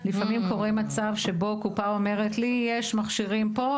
לפעמים קורה מצב שבו קופה אומרת לי יש מכשירים פה,